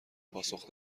پاسخ